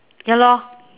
ya lor